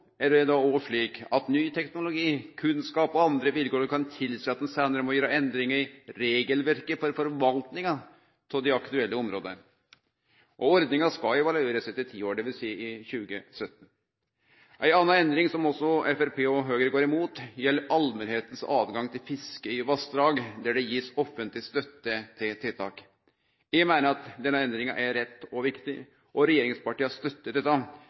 det er òg slik at ny teknologi, kunnskap og andre vilkår kan tilseie at ein seinare må gjere endringar i regelverket for forvaltninga av dei aktuelle områda. Ordninga skal evaluerast etter ti år, dvs. i 2017. Ei anna endring som Framstegspartiet og Høgre går imot, gjeld allmentas rett til fiske i vassdrag der det blir gitt offentleg støtte til tiltak. Eg meiner den endringa er rett og viktig, og regjeringspartia støttar dette,